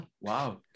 wow